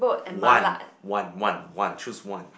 one one one one choose one